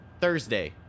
Thursday